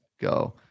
go